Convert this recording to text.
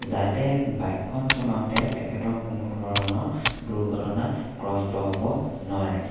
যাতে বাইকখন চলাওঁতে তেখেতৰ কোনো ধৰণৰ দুৰ্ঘটনাত গ্ৰস্ত হ'ব নোৱাৰে